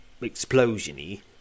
explosion-y